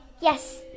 Yes